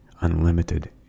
unlimited